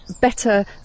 better